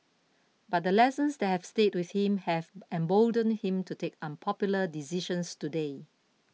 but the lessons that have stayed with him have emboldened him to take unpopular decisions today